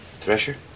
Thresher